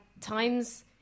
times